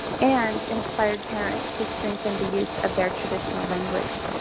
and inspired parents to strengthen the use of their traditional language.